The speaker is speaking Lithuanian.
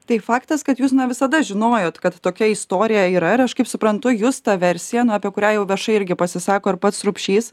tai faktas kad jūs visada žinojot kad tokia istorija yra ir aš kaip suprantu jus tą versiją apie kurią jau viešai irgi pasisako ir pats rupšys